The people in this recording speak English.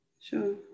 Sure